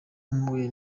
mpuye